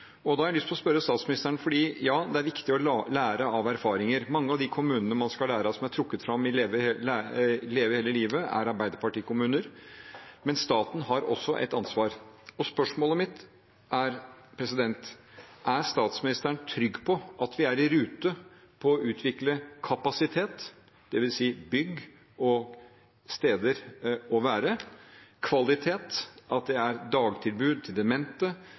Ja, det er viktig å lære av erfaringer. Mange av de kommunene man skal lære av, og som er trukket fram i stortingsmeldingen Leve hele livet, er Arbeiderparti-kommuner, men staten har også et ansvar. Spørsmålet mitt er: Er statsministeren trygg på at vi er i rute når det gjelder å utvikle kapasitet, dvs. bygg og steder å være, kvalitet, at det er dagtilbud til demente